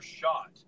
shot